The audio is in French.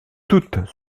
toutes